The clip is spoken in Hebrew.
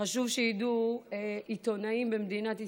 חשוב שידעו עיתונאים במדינת ישראל,